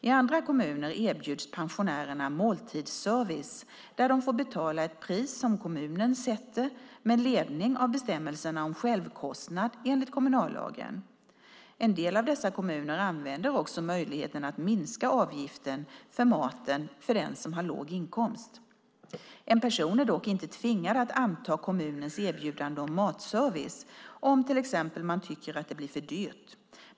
I andra kommuner erbjuds pensionärerna måltidsservice där de får betala ett pris som kommunen sätter med ledning av bestämmelserna om självkostnad enligt kommunallagen. En del av dessa kommuner använder också möjligheten att minska avgiften för maten för den som har låg inkomst. En person är dock inte tvingad att anta kommunens erbjudande om matservice om man till exempel tycker att det blir för dyrt.